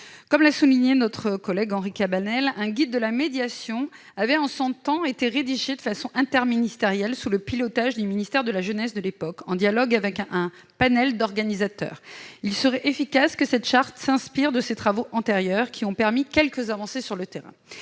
Comme l'a souligné notre collègue Henri Cabanel, un guide de la médiation avait jadis été rédigé en interministériel, sous le pilotage du ministère de la jeunesse de l'époque, en dialogue avec un panel d'organisateurs. Il serait efficace que cette charte s'inspire de ces travaux antérieurs, ces derniers ayant permis quelques avancées sur le terrain.